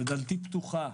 דלתי פתוחה.